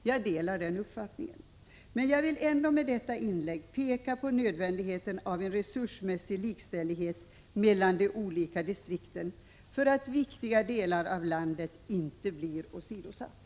Jag delar den uppfattningen, men jag vill ändå med detta inlägg peka på nödvändigheten av en resursmässig likställighet mellan de olika distrikten, så att viktiga delar av landet inte blir åsidosatta.